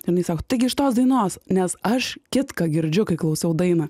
ir jinai sako taigi iš tos dainos nes aš kitką girdžiu kai klausau dainą